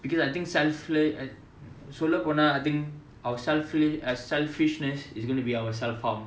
because I think selfless சொல்ல போனா:solla ponaa I think our selfish~ selfishness is going to be our self harm